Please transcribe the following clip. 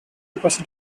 percent